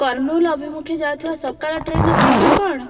କର୍ଣ୍ଣୁଲ୍ ଅଭିମୁଖେ ଯାଉଥିବା ସକାଳ ଟ୍ରେନ୍ର ସମୟ କଣ